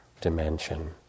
dimension